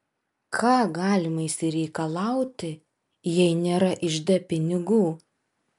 ką galima išsireikalauti jei nėra ižde pinigų